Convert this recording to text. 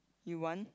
you want